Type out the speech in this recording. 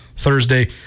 Thursday